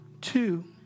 Two